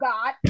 God